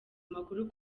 amakuru